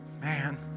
man